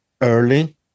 early